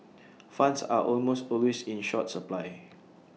funds are almost always in short supply